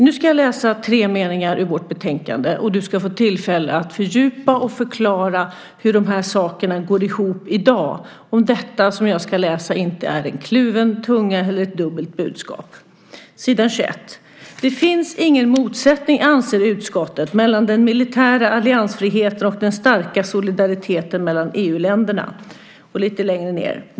Jag ska läsa upp tre meningar ur vårt betänkande, och du ska få tillfälle att förklara hur dessa saker går ihop i dag, om det som jag läser upp inte sägs med kluven tunga eller är ett dubbelt budskap. På s. 21 i betänkandet står: "Det finns ingen motsättning, anser utskottet, mellan den militära alliansfriheten och den starka solidariteten mellan EU-länderna.